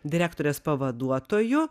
direktorės pavaduotoju